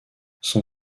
son